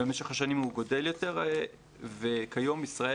במשך השנים הוא גדל יותר וכיום ישראל